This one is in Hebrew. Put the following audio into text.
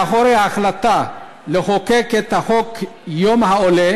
בהחלטה לחוקק את חוק יום העולה